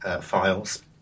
files